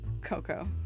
Coco